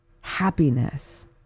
happiness